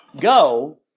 go